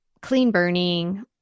clean-burning